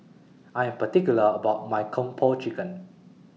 I Am particular about My Kung Po Chicken